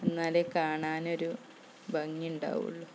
എന്നാലേ കാണാനൊരു ഭംഗി ഉണ്ടാവൂള്ളൂ